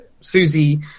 Susie